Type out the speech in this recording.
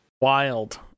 Wild